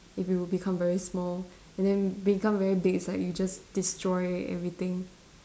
if you would be become very small and then become very big it's like you just destroy everything